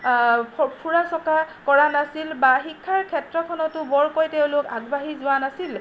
ফুৰা চকা কৰা নাছিল বা শিক্ষাৰ ক্ষেত্ৰখনতো বৰকৈ তেওঁলোক আগবাঢ়ি যোৱা নাছিল